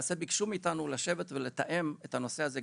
למעשה ביקשו מאיתנו לשבת ולתאם את הנושא הזה,